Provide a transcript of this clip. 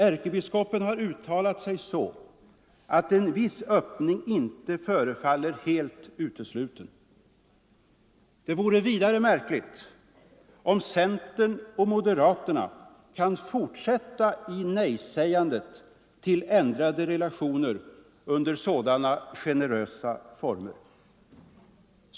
Ärkebiskopen har uttalat sig så att en viss öppning inte förefaller helt utesluten. Det vore vidare märkligt om centern och moderaterna under sådana generösa former kan fortsätta nejsägandet till ändrade relationer.